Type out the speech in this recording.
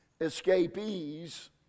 escapees